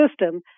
system